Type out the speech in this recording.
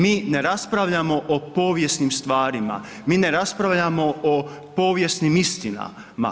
Mi ne raspravljamo o povijesnim stvarima, mi ne raspravljamo o povijesnim istinama.